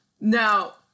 Now